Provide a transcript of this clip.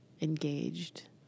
engaged